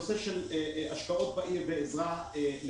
אני רוצה לומר משהו בנושא של השקעות בעיר ועזרה לעיר.